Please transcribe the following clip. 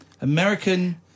American